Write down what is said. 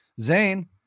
Zane